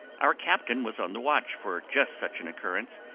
our captain was on the watch for just such an occurrence,